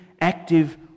active